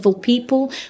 People